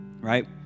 right